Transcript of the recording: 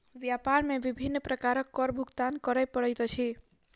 व्यापार मे विभिन्न प्रकारक कर भुगतान करय पड़ैत अछि